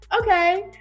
okay